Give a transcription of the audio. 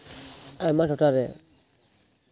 ᱟᱭᱢᱟ ᱴᱚᱴᱷᱟᱨᱮ